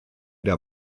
der